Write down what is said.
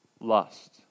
lust